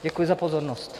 Děkuji za pozornost.